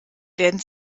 werden